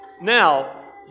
Now